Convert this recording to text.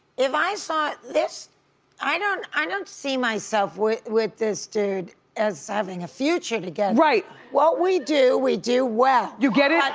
if i saw this i don't i don't see myself with with this dude as having a future together. right! what we do, we do well. you get it?